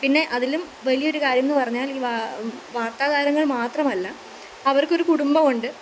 പിന്നെ അതിലും വലിയൊരു കാര്യമെന്ന് പറഞ്ഞാൽ ഈ വാർത്ത താരങ്ങൾ മാത്രമല്ല അവർക്കൊരു കുടുംബമുണ്ട്